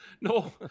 No